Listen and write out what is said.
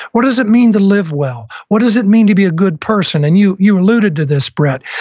what does it mean to live well? what does it mean to be a good person? and you you alluded to this, brett.